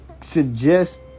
suggest